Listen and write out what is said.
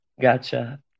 Gotcha